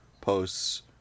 posts